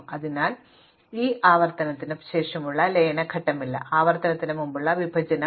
അതിനാൽ ഇത് ആവർത്തനത്തിനു ശേഷമുള്ള ലയന ഘട്ടമല്ല ആവർത്തനത്തിന് മുമ്പുള്ള വിഭജനം